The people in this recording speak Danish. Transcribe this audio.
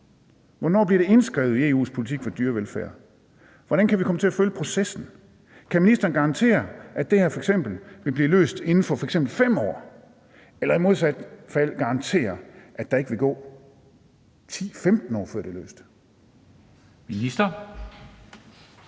Hvornår bliver det indskrevet i EU's politik for dyrevelfærd? Hvordan kan vi komme til at følge processen? Kan ministeren garantere, at det her vil blive løst inden for f.eks. 5 år, eller i modsat fald garantere, at der ikke vil gå 10 eller 15 år, før det er løst? Kl.